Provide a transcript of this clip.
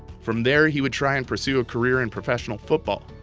from there, he would try and pursue a career in professional football,